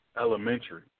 elementary